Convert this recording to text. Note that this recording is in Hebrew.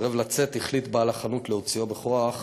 וסירב לצאת, החליט בעל החנות להוציאו בכוח,